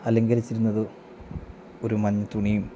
അലങ്കരിച്ചിരുന്നത് ഒരു മഞ്ഞ തുണിയും